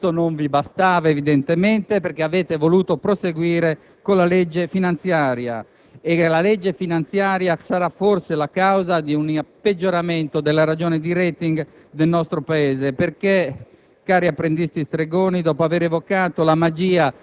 di buono era già presente nel nostro Paese, ma questo non vi bastava, perché avete voluto proseguire con la legge finanziaria. La legge finanziaria sarà forse la causa di un peggioramento della ragione di *rating* del nostro Paese,